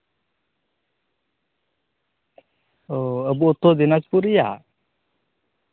ᱚᱸᱻ ᱟᱵᱚ ᱩᱛᱛᱚᱨᱫᱤᱱᱟᱡᱯᱩᱨ ᱨᱮᱭᱟᱜ